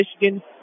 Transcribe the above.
Michigan